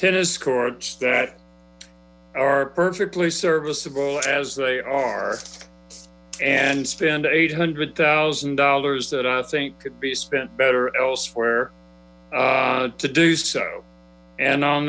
tennis courts that are perfectly serviceable as they are and spend eight hundred thousand dollars that i think could be spent better elsewhere to do so and on